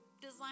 design